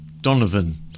Donovan